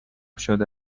شده